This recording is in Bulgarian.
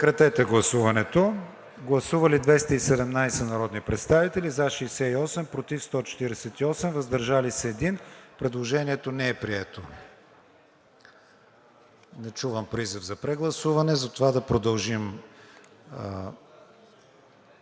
представители. Гласували 217 народни представители: за 68, против 148, въздържал се 1. Предложението не е прието. Не чувам призив за прегласуване, затова да продължим.